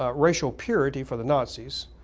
ah racial purity, for the nazis,